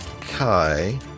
Kai